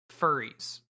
furries